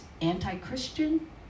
anti-Christian